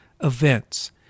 events